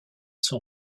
sont